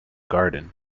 garden